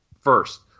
first